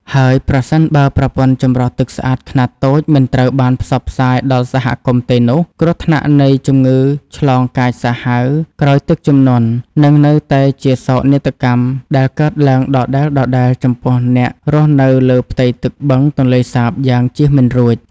ហើយប្រសិនបើប្រព័ន្ធចម្រោះទឹកស្អាតខ្នាតតូចមិនត្រូវបានផ្សព្វផ្សាយដល់សហគមន៍ទេនោះ គ្រោះថ្នាក់នៃជំងឺឆ្លងកាចសាហាវក្រោយទឹកជំនន់នឹងនៅតែជាសោកនាដកម្មដែលកើតឡើងដដែលៗចំពោះអ្នករស់នៅលើផ្ទៃទឹកបឹងទន្លេសាបយ៉ាងជៀសមិនរួច។